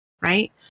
Right